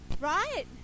right